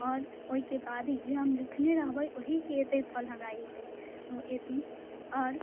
आओर ओइके बाद ही जे हम लिखने रहबै ओहिके तऽ फल हमरा एतै ओ एथिन आओर